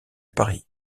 paris